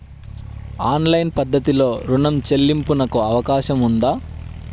Online పద్ధతిలో రుణ చెల్లింపునకు అవకాశం ఉందా?